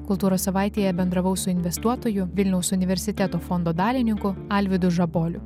kultūros savaitėje bendravau su investuotoju vilniaus universiteto fondo dalininku alvydu žaboliu